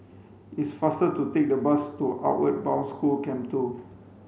it's faster to take the bus to Outward Bound School Camp Two